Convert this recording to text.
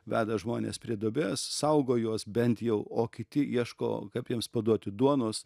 veda žmones prie duobės saugo juos bent jau o kiti ieško kaip jiems paduoti duonos